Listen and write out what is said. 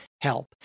help